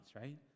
right